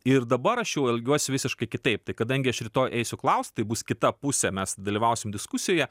ir dabar aš jau elgiuosi visiškai kitaip tai kadangi aš rytoj eisiu klaust tai bus kita pusė mes dalyvausim diskusijoje